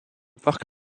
parc